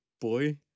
boy